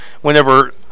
whenever